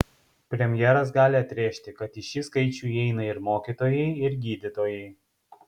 premjeras gali atrėžti kad į šį skaičių įeina ir mokytojai ir gydytojai